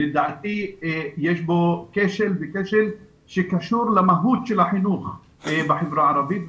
לדעתי יש בו כשל שקשור למהות של החינוך בחברה הערבית.